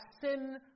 sin